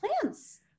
plants